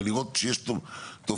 אבל לראות שיש תופעה,